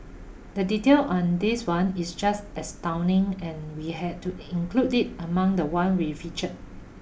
the detail on this one is just astounding and we had to include it among the one we featured